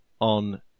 On